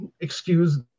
excuse